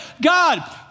God